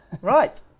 Right